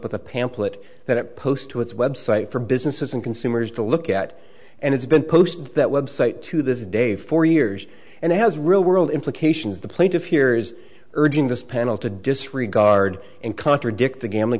with a pamphlet that post to its website for businesses and consumers to look at and it's been posted that website to this day for years and has real world implications the plaintiff here is urging this panel to disregard and contradict the gambling